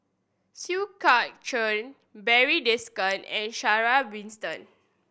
Siew Barry Desker and Sarah Winstedt